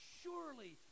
surely